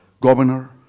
governor